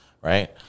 right